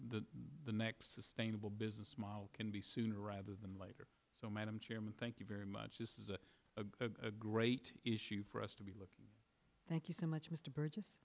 the next sustainable business model can be sooner rather than later so madam chairman thank you very much this is a great issue for us to be looking thank you so much mr bur